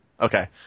Okay